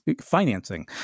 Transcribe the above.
financing